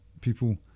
people